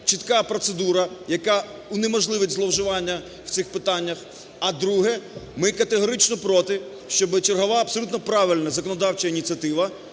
чітка процедура, яка унеможливить зловживання в цих питаннях. А друге, ми категорично проти, щоб чергова, абсолютно правильна, законодавча ініціатива